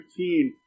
15